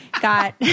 got